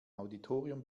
auditorium